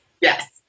yes